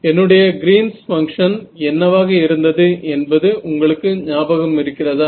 என்னுடைய Green's function Green's function என்னவாக இருந்தது என்பது உங்களுக்கு ஞாபகம் இருக்கிறதா